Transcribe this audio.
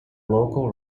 local